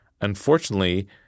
Unfortunately